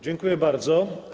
Dziękuję bardzo.